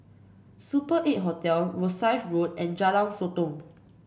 Super Eight Hotel Rosyth Road and Jalan Sotong